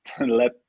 let